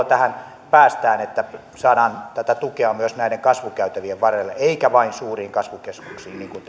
tähän päästään että saadaan tätä tukea myös näiden kasvukäytävien varsille eikä vain suuriin kasvukeskuksiin niin kuin